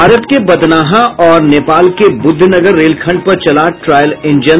भारत के बथनाहा और नेपाल के बुद्धनगर रेलखंड पर चला ट्रायल इंजन